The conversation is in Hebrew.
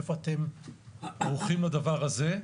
איפה אתם ערוכים לדבר הזה?